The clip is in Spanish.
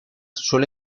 suele